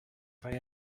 bij